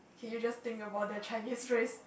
can you just think about that Chinese phrase